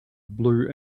blue